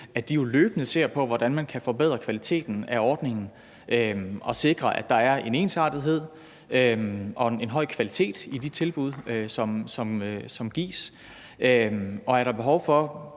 besked løbende at se på, hvordan man kan forbedre kvaliteten af ordningen og sikre, at der er en ensartethed og høj kvalitet i de tilbud, som gives. Og er der behov for